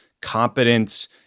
competence